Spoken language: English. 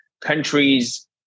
Countries